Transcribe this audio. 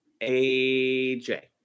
AJ